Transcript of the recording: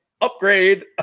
upgrade